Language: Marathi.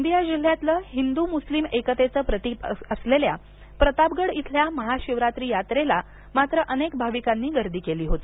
गोंदिया जिल्ह्यातलं हिंदू मुस्लिम एकतेचं प्रतीक असलेल्या प्रतापगड इथल्या महाशिवरात्री यात्रेला मात्र अनेक भाविकांनी गर्दी केली होती